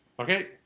okay